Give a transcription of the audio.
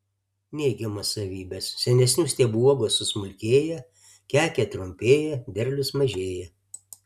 neigiamos savybės senesnių stiebų uogos susmulkėja kekė trumpėja derlius mažėja